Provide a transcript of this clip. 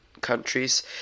countries